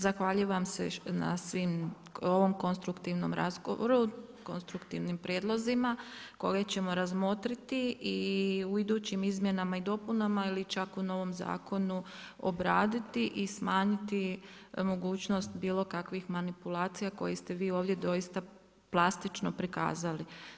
Zahvaljujem se na svim, ovom konstruktivnom razgovoru, konstruktivnim prijedlozima, koje ćemo razmotriti i u idućim izmjenama i dopunama ili čak u novom zakonu obraditi i smanjiti mogućnost bilokakvih manipulacija koje ste vi ovdje doista plastično prikazali.